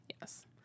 Yes